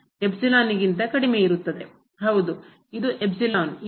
ಹೌದು ಇದು ಇಲ್ಲಿದೆ